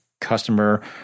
customer